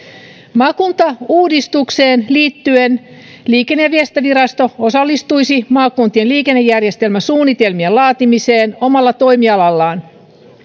maakuntauudistukseen liittyen liikenne ja viestintävirasto osallistuisi maakuntien liikennejärjestelmäsuunnitelmien laatimiseen omalla toimialallaan